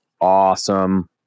awesome